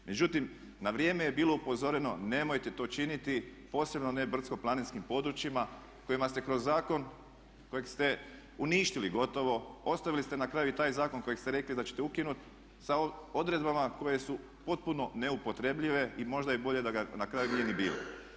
Međutim, na vrijeme je bilo upozoreno nemojte to činiti posebno ne brdsko-planinskim područjima kojima ste kroz zakon, kojeg ste uništili gotovo, ostavili ste na kraju i taj zakon kojeg ste rekli da ćete ukinuti sa odredbama koje su potpuno neupotrebljive i možda je i bolje da ga na kraju nije ni bilo.